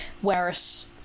Whereas